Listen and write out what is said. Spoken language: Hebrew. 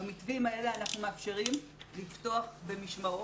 במתווים האלה אנחנו מאפשרים לפתוח במשמרות,